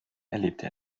erlebte